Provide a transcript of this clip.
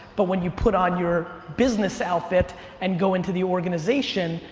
but when you put on your business outfit and go into the organization,